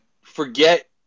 forget